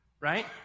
right